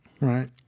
Right